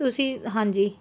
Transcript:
ਤੁਸੀਂ ਹਾਂਜੀ